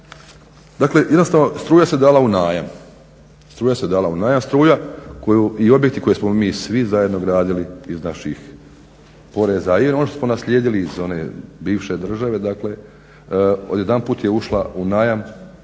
Dakle, jednostavno struja se dala u najam, struja se dala u najam, struja i objekti koje smo mi svi zajedno gradili iz naših poreza i ono što smo naslijedili iz one bivše države odjedanput je ušla u najam,